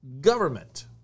government